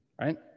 right